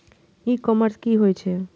ई commerce की होय छेय?